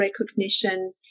recognition